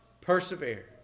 persevere